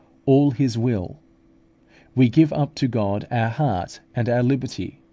all his will we give up to god our heart and our liberty,